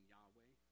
Yahweh